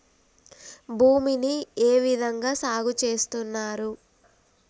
భూమిని ఏ విధంగా సాగు చేస్తున్నారు?